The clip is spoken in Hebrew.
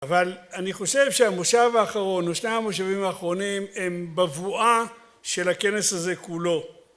אבל אני חושב שהמושב האחרון ושני המושבים האחרונים הם בבואה של הכנס הזה כולו